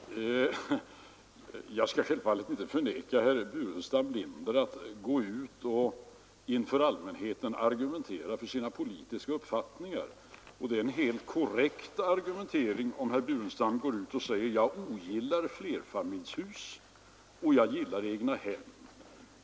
Herr talman! Jag skall självfallet inte neka herr Burenstam Linder att gå ut och inför allmänheten argumentera för sina politiska uppfattningar. Det är en helt korrekt argumentering om herr Burenstam Linder går ut och säger: ”Jag ogillar flerfamiljshus, och gillar egnahem.